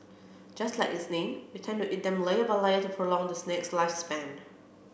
just like its name we tend to eat them layer by layer to prolong the snack's lifespan